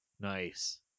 Nice